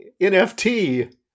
NFT